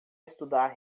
estudar